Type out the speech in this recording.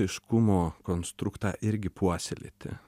aiškumo konstruktą irgi puoselėti